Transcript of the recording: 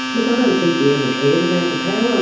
look i don't think we ever cared about the power. um